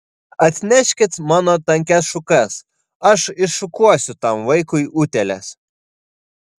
atneškit mano tankias šukas aš iššukuosiu tam vaikui utėles